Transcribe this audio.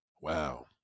Wow